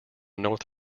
north